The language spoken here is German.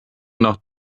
nach